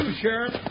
Sheriff